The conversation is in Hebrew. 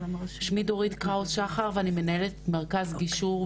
שמי דורית קראוס שחר ואני מנהלת מרכז גישור,